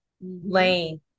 lane